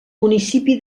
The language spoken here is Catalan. municipi